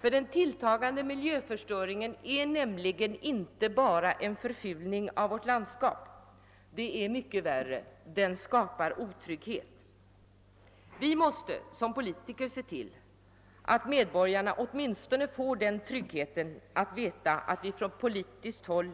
Den tilltagande miljöförstöringen innebär nämligen inte bara en förfulning av vårt landskap utan — och det är mycket värre — den skapar också otrygghet. Som politiker måste vi se till att medborgarna åtminstone kan känna den tryggheten att veta att vi gör vad vi kan på politiskt håll.